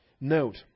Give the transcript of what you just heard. Note